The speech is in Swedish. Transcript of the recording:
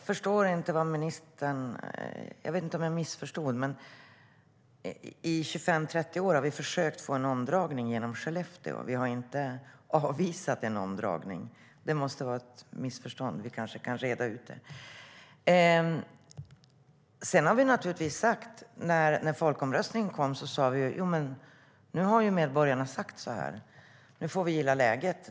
Fru talman! I 25-30 år har vi försökt få E4:an omdragen utanför Skellefteå. Vi har inte avvisat en omdragning. Det måste vara ett missförstånd. Vi kanske kan reda ut det. När folkomröstningsresultatet kom sade vi: Nu har medborgarna sagt så här. Nu får vi gilla läget.